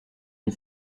une